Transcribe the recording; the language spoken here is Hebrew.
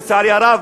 לצערי הרב,